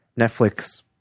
Netflix